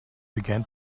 began